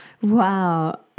Wow